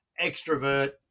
extrovert